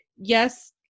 yes